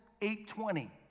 8.20